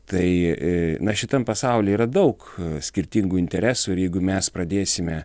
tai na šitam pasauly yra daug skirtingų interesų ir jeigu mes pradėsime